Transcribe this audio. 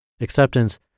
Acceptance